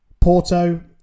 Porto